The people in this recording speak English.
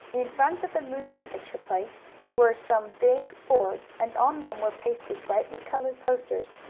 in front of the moving picture place were some big boards, and on them were pasted brightly colored posters,